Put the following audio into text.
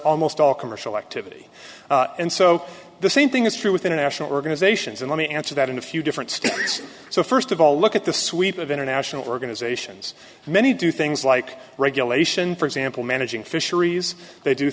almost all commercial activity and so the same thing is true with international organization and let me answer that in a few different states so first of all look at the sweep of international organizations many do things like regulation for example managing fisheries they do